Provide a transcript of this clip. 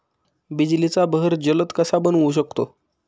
बिजलीचा बहर जलद कसा बनवू शकतो?